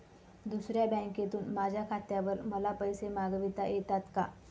दुसऱ्या बँकेतून माझ्या खात्यावर मला पैसे मागविता येतात का?